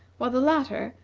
while the latter,